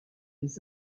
les